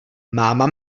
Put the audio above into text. máma